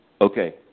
okay